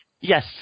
Yes